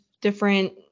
different